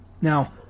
Now